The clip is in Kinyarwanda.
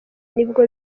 nibwo